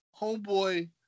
homeboy